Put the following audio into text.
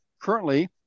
currently